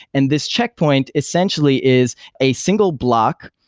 and this checkpoint essentially is a single block,